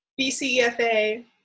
BCEFA